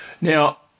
Now